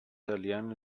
salían